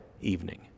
evening